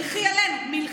מלכי עלינו, מלכי.